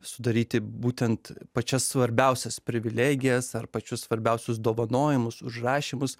sudaryti būtent pačias svarbiausias privilegijas ar pačius svarbiausius dovanojamus užrašymus